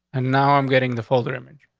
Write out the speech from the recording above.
and now i'm getting the folder image.